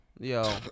Yo